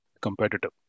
competitive